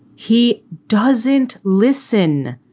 he doesn't listen.